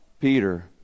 Peter